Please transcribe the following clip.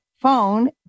phone